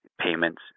payments